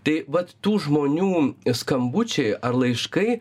tai vat tų žmonių skambučiai ar laiškai